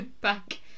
back